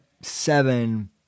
seven